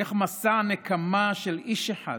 איך מסע נקמה של איש אחד